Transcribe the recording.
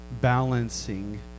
balancing